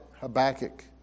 Habakkuk